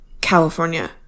California